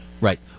Right